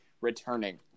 returning